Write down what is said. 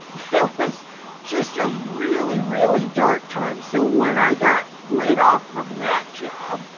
it was just a really, really dark time. so when i got laid off from that job,